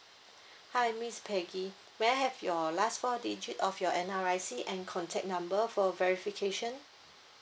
hi miss peggy may I have your last four digit of your N_R_I_C and contact number for verification